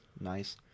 nice